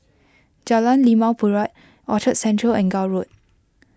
Jalan Limau Purut Orchard Central and Gul Road